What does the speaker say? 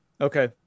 Okay